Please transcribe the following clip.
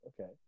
Okay